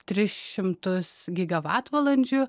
tris šimtus gigavatvalandžių